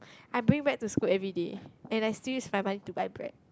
I bring bread to school everyday and I still use my money to buy bread